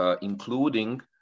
including